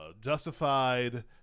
Justified